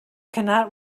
cannot